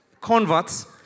converts